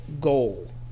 goal